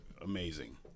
amazing